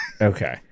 Okay